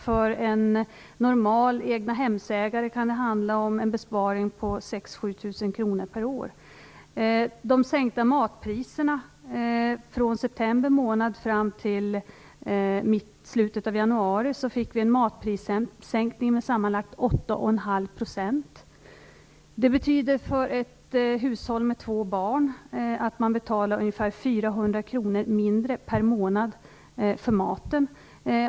För en genomsnittlig egnahemsägare kan det handla om en besparing på 6 000-7 000 kronor per år. Från september månad fram till slutet av januari fick vi en matprissänkning med sammanlagt 8,5 %. Detta betyder att ett hushåll med två barn betalar ungefär 400 kr mindre per månad för maten.